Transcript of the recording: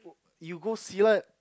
you go Silat